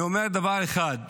אני אומר דבר אחד,